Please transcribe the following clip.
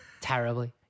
terribly